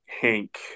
hank